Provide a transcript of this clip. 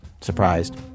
Surprised